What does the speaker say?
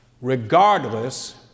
regardless